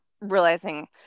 realizing